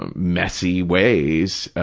um messy ways